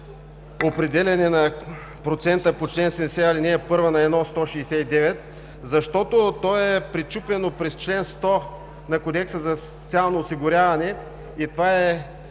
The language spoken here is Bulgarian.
определяне на процента по чл. 70, ал. 1 на 1,169, защото то е пречупено през чл. 100 на Кодекса за социално осигуряване и това е